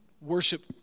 worship